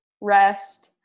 rest